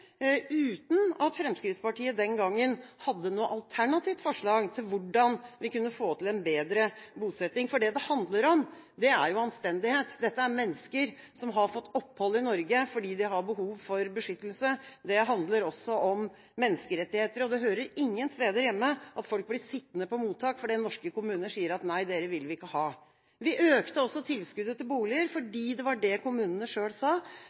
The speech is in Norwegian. uten at Fremskrittspartiet den gangen hadde noe alternativt forslag til hvordan vi kunne få til en bedre bosetting. Det det handler om, er anstendighet. Dette er mennesker som har fått opphold i Norge fordi de har behov for beskyttelse. Det handler også om menneskerettigheter. Det hører ingen steder hjemme at folk blir sittende på mottak fordi norske kommuner sier: Nei, dere vil vi ikke ha. Vi økte også tilskuddet til boliger fordi det var det kommunene selv sa